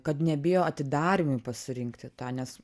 kad nebijo atidarymui pasirinkti tą nes